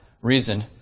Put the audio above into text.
reason